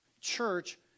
church